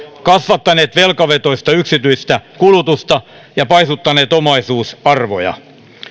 kasvattaneet velkavetoista yksityistä kulutusta ja paisuttaneet omaisuusarvoja